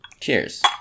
Cheers